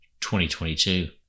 2022